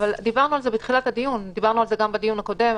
אבל דיברנו על זה בתחילת הדיון ודיברנו על זה גם בדיון הקודם.